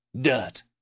dirt